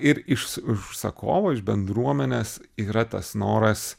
ir iš užsakovo iš bendruomenės yra tas noras